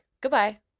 Goodbye